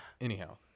anyhow